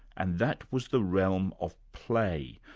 and that was the realm of play,